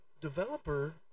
developer